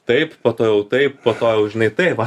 taip po to jau taip po to jau žinai tai va